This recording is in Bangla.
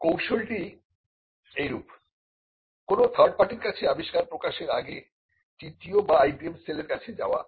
কৌশলটি এরূপ কোন থার্ড পার্টির কাছে আবিষ্কার প্রকাশের আগে TTO বা IPM সেলের কাছে যাওয়া